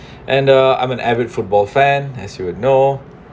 and uh I'm an avid football fan as you would know